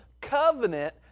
covenant